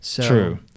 True